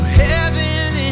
heaven